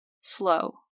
Slow